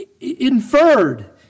inferred